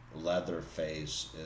Leatherface